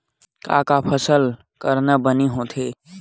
का का फसल करना बने होथे?